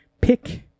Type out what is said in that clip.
pick